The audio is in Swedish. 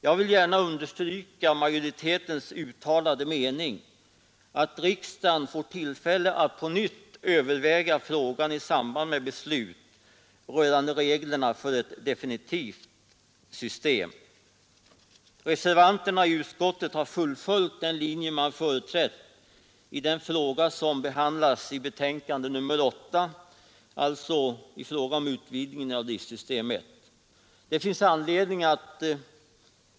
Jag vill gärna understryka majoritetens uttalade mening, att riksdagen får tillfälle att på nytt överväga frågan i samband med beslut rörande reglerna för ett definitivt system. Reservanterna i utskottet har fullföljt den linje de företrätt i den fråga som behandlas i betänkandet nr 8, alltså utvidgningen av driftsystem 1.